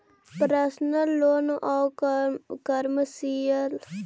personal loan आउ commercial loan लगी ग्राहक के क्रेडिट स्कोर जांचल जा हइ